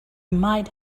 might